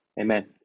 Amen